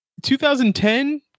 2010